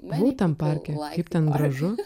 buvau tam parke kaip ten gražu